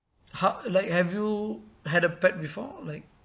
ho~ like have you had a pet before like